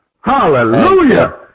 Hallelujah